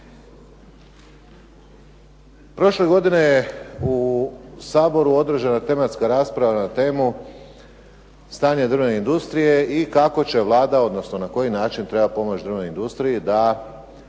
Prošle godine je u Saboru održana tematska rasprava na temu "Stanje drvne industrije" i kako će Vlada, odnosno na koji način treba pomoći drvnoj industriji da